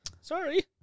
sorry